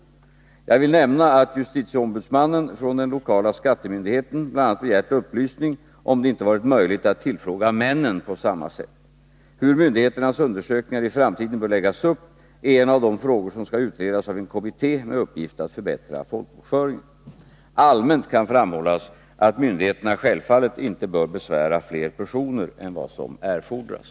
Jag vill nämna att JO från den lokala skattemyndigheten bl.a. begärt upplysning om huruvida det inte varit möjligt att tillfråga männen på samma sätt. Hur myndigheternas undersökningar i framtiden bör läggas upp är en av de frågor som skall utredas av en kommitté med uppgift att förbättra folkbokföringen . Allmänt kan framhållas att myndigheterna självfallet inte bör besvära fler personer än vad som erfordras.